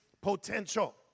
potential